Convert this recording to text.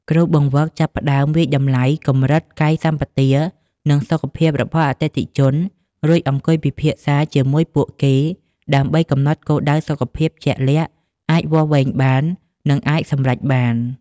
គ្រូបង្វឹកចាប់ផ្ដើមដោយវាយតម្លៃកម្រិតកាយសម្បទា និងសុខភាពរបស់អតិថិជន រួចអង្គុយពិភាក្សាជាមួយពួកគេដើម្បីកំណត់គោលដៅសុខភាពជាក់លាក់ អាចវាស់វែងបាន និងអាចសម្រេចបាន។